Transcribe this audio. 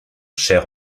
cher